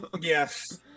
Yes